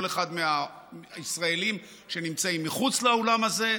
אחד מהישראלים שנמצאים מחוץ לאולם הזה,